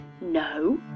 No